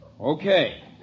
Okay